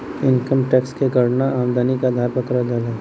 income tax क गणना आमदनी के आधार पर करल जाला